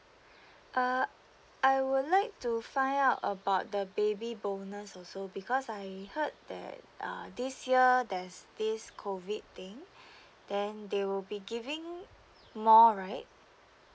uh I would like to find out about the baby bonus also because I heard that uh this year there's this COVID thing then they will be giving more right